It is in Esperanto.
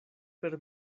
per